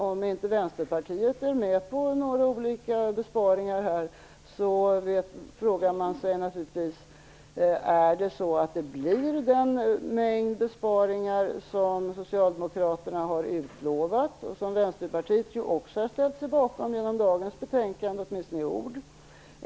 Om Vänsterpartiet inte är med på olika sådana besparingar, frågar man sig naturligtvis om det blir en sådan mängd av besparingar som Socialdemokraterna har utlovat. Också Vänsterpartiet har, åtminstone i ord, ställt sig bakom dem i dagens betänkande.